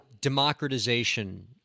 democratization